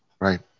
Right